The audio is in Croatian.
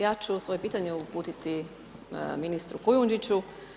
Ja ću svoje pitanje uputiti ministru Kujundžiću.